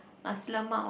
Nasi-Lemak one